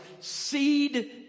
seed